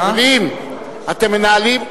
אתם מנהלים,